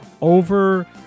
over